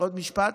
עוד משפט.